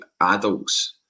adults